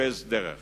מחפש דרך